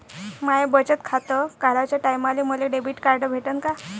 माय बचत खातं काढाच्या टायमाले मले डेबिट कार्ड भेटन का?